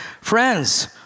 friends